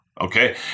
okay